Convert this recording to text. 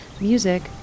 Music